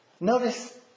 Notice